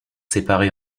séparé